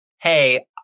hey